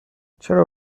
چرا